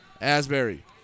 Asbury